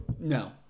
No